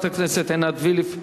לחברת הכנסת עינת וילף.